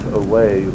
away